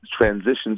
transitions